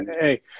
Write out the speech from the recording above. Hey